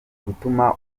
gutuma